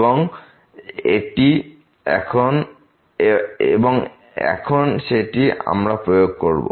এবং এখন সেটি আমরা প্রয়োগ করব